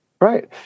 Right